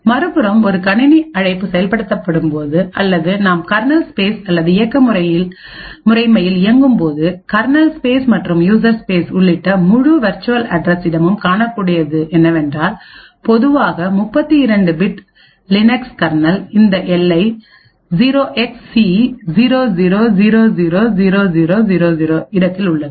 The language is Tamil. மறுபுறம் ஒரு கணினி அழைப்பு செயல்படுத்தப்படும்போது அல்லது நாம் கர்னல் ஸ்பேஸ் அல்லது இயக்க முறைமையில் இயங்கும்போது கர்னல் ஸ்பேஸ் மற்றும் யூசர் ஸ்பேஸ் உள்ளிட்ட முழு வேர்ச்சுவல் அட்ரஸ் இடமும் காணக்கூடியது என்னவென்றால் பொதுவாக 32 பிட் லினக்ஸில் கர்னல் இந்த எல்லை 0xC0000000 இடத்தில் உள்ளது